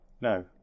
no